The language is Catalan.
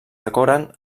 decoren